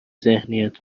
ذهنیت